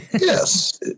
Yes